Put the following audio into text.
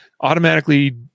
automatically